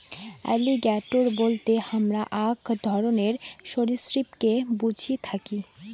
alligator বলতে হামরা আক ধরণের সরীসৃপকে বুঝে থাকি